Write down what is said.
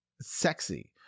sexy